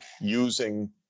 using